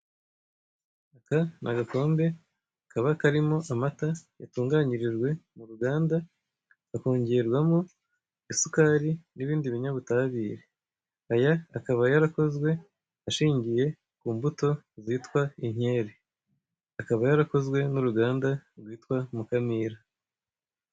Aka ni agakombe kaba karimo amata yatunganyirijwe mu ruganda, hakongerwamo isukari n'ibindi binyabutabire, aya akaba yarakozwe ashingiye ku mbuto zitwa inkeri, akaba yarakozwe n'uruganda rwitwa Mukamira.